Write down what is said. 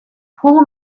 pull